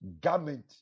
Garment